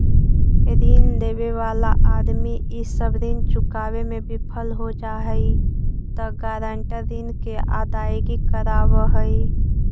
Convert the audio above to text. ऋण लेवे वाला आदमी इ सब ऋण चुकावे में विफल हो जा हई त गारंटर ऋण के अदायगी करवावऽ हई